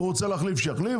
הוא רוצה להחליף, שיחליף.